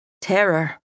Terror